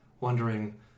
wondering